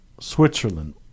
Switzerland